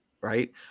right